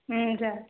हुन्छ